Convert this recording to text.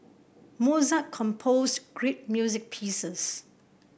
Mozart composed great music pieces